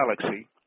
galaxy